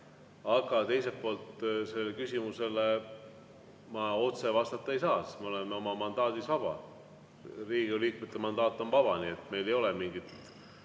Aga teiselt poolt ma sellele küsimusele otse vastata ei saa. Me oleme oma mandaadis vabad. Riigikogu liikmete mandaat on vaba, nii et meil ei ole mingit